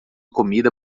comida